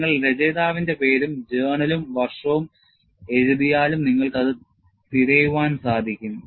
നിങ്ങൾ രചയിതാവിന്റെ പേരും ജേണലും വർഷവും എഴുതിയാലും നിങ്ങൾക്ക് അത് തിരയുവാൻ സാധിക്കും